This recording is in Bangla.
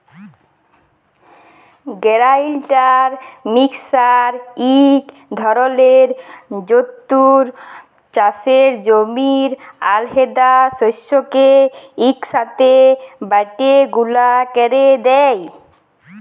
গেরাইল্ডার মিক্সার ইক ধরলের যল্তর চাষের জমির আলহেদা শস্যকে ইকসাথে বাঁটে গুঁড়া ক্যরে দেই